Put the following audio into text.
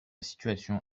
situation